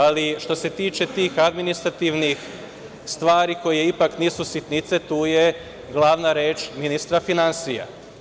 Ali, što se tiče tih administrativnih stvari koje ipak nisu sitnice, tu je glavna reč ministra finansija.